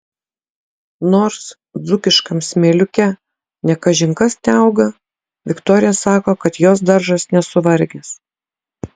nors dzūkiškam smėliuke ne kažin kas teauga viktorija sako kad jos daržas nesuvargęs